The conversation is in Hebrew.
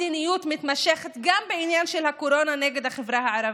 מדיניות מתמשכת גם בעניין של הקורונה נגד החברה הערבית,